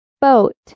boat